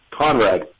Conrad